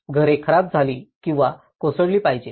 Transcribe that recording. घरे खराब झाली किंवा कोसळली पाहिजेत